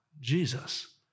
Jesus